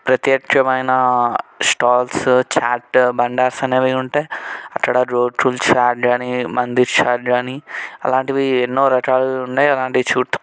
ప్రత్యక్షమైన స్టాల్స్ చాట్ బండర్స్ అనేవి ఉంటాయి అక్కడ రోడ్ ఫుల్ చాట్ అని మండిష్ చాట్ అని అలాంటివి ఎన్నో రకాలున్నాయ్ అలాంటి చూడడం